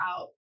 out